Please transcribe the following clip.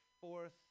fourth